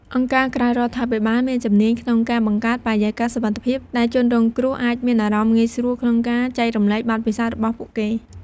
អង្គការក្រៅរដ្ឋាភិបាលមានជំនាញក្នុងការបង្កើតបរិយាកាសសុវត្ថិភាព ដែលជនរងគ្រោះអាចមានអារម្មណ៍ងាយស្រួលក្នុងការចែករំលែកបទពិសោធន៍របស់ពួកគេ។